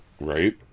right